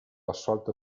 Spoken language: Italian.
assolto